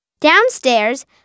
Downstairs